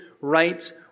right